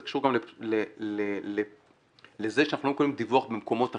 זה קשור גם לזה שאנחנו לא מקבלים דיווח ממקומות אחרים.